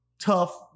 tough